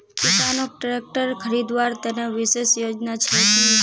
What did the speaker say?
किसानोक ट्रेक्टर खरीदवार तने विशेष योजना छे कि?